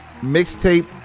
mixtape